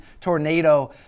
tornado